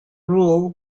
rule